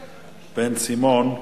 בן-סימון.